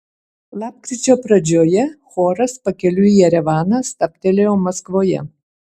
lapkričio pradžioje choras pakeliui į jerevaną stabtelėjo maskvoje